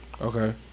Okay